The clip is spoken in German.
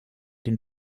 den